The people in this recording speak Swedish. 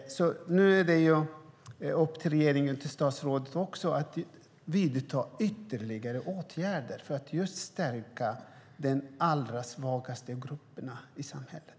Nu är det upp till regeringen och statsrådet att vidta ytterligare åtgärder för att stärka de allra svagaste grupperna i samhället.